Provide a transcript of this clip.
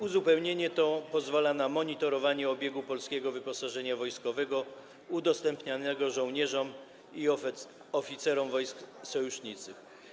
Uzupełnienie to pozwala na monitorowanie obiegu polskiego wyposażenia wojskowego udostępnianego żołnierzom i oficerom wojsk sojuszniczych.